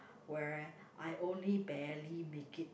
where I only barely make it